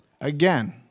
Again